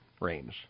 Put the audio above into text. range